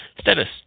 Status